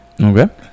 Okay